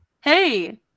Hey